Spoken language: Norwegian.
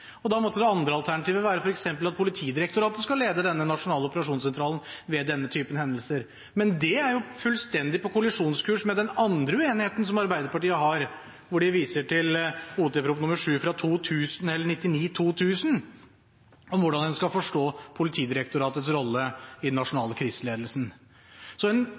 Da måtte det andre alternativet f.eks. være at Politidirektoratet skal lede denne nasjonale operasjonssentralen ved denne typen hendelser, men det er jo fullstendig på kollisjonskurs med den andre uenigheten som Arbeiderpartiet har, hvor de viser til Ot.prp. nr. 7 for 1999–2000, om hvordan en skal forstå Politidirektoratets rolle i den nasjonale kriseledelsen. Så en